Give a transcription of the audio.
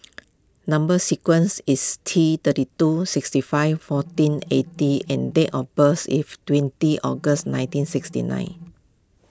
Number Sequence is T thirty two sixty five fourteen eighty and date of birth is twenty August nineteen sixty nine